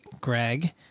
Greg